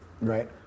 Right